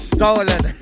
Stolen